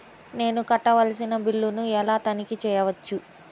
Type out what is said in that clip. నేను కట్టవలసిన బిల్లులను ఎలా తనిఖీ చెయ్యవచ్చు?